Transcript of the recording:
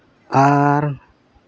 ᱟᱨ